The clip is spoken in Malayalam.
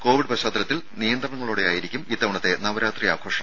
കോവിഡ് പശ്ചാത്തലത്തിൽ നിയന്ത്രണങ്ങളോടെയായിരിക്കും ഇത്തവണത്തെ നവരാത്രി ആഘോഷം